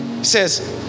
says